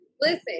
Listen